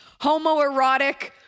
homoerotic